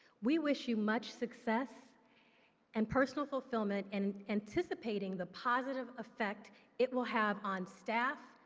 we wish you much success and personal fulfillment and anticipating the positive effect it will have on staff,